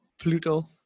Pluto